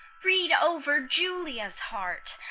read over julia's heart,